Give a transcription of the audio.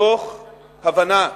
מתוך הבנה,